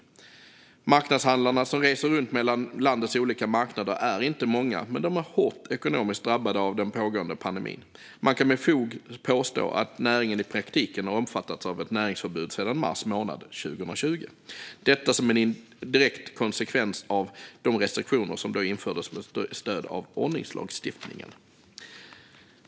De marknadshandlare som reser runt mellan landets olika marknader är inte många, men de är hårt ekonomiskt drabbade av den pågående pandemin. Man kan med fog påstå att näringen i praktiken har omfattats av ett näringsförbud sedan mars månad 2020 - detta som en direkt konsekvens av de restriktioner som då infördes med stöd av ordningslagstiftningen.